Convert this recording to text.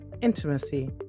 intimacy